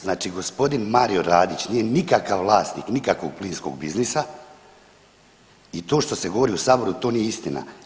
Znači g. Mario Radić nije nikakav vlasnik nikakvog plinskog biznisa i to što se govori u saboru to nije istina.